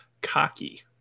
Cocky